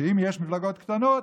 שאם יש מפלגות קטנות,